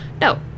No